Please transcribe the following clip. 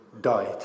died